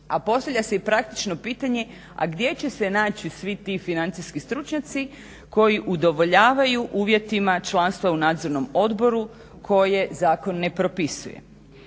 a postavlja se i praktično pitanje gdje će se naći svi ti financijski stručnjaci koji udovoljavaju uvjetima članstva u nadzornom odboru koje zakon ne propisuje.